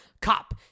cop